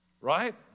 Right